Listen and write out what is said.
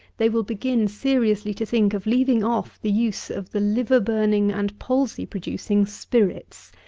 they will begin seriously to think of leaving off the use of the liver-burning and palsy-producing spirits.